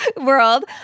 world